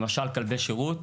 למשל, כלבי שירות.